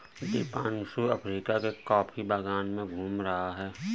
Deepanshu Africa के coffee बागान में घूम रहा है